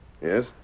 Yes